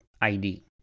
ID